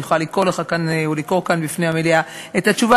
אני יכולה לקרוא לך כאן ולקרוא כאן בפני המליאה את התשובה,